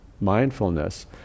mindfulness